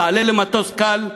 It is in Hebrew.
תעלה למטוס קל,